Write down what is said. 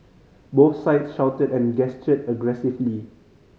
both sides shouted and gestured aggressively